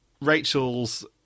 Rachel's